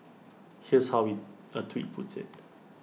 here's how we A tweet puts IT